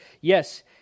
Yes